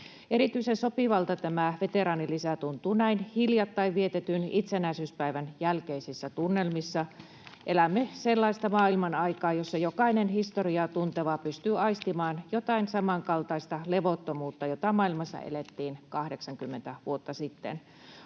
Erityisen sopivalta tämä veteraanilisä tuntuu näin hiljattain vietetyn itsenäisyyspäivän jälkeisissä tunnelmissa. Elämme sellaista maailmanaikaa, jossa jokainen historiaa tunteva pystyy aistimaan jotain samankaltaista levottomuutta, jota maailmassa elettiin 80 vuotta sitten.